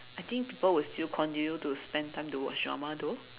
I think people will still continue to spend time to watch drama though